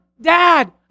Dad